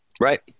Right